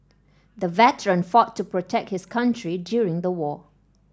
the veteran fought to protect his country during the war